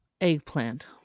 Eggplant